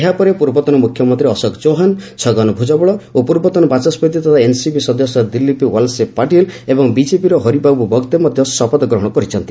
ଏହାପରେ ପୂର୍ବତନ ମୁଖ୍ୟମନ୍ତ୍ରୀ ଅଶୋକ ଚୌହାନ ଛଗନ ଭୁଜବଳ ଓ ପୂର୍ବତନ ବାଚସ୍କତି ତଥା ଏନ୍ସିପି ସଦସ୍ୟ ଦିଲୀପ ୱାଲ୍ଶେ ପାଟିଲ୍ ଏବଂ ବିଜେପିର ହରିବାବୁ ବଗ୍ତେ ମଧ୍ୟ ଶପଥ ଗ୍ରହଣ କରିଛନ୍ତି